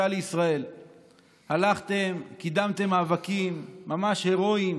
לישראל הלכתן וקידמתן מאבקים ממש הירואיים,